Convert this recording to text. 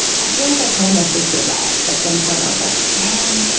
i feel like i told my sister that at some point, i was like, man.